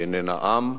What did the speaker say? היא איננה עם,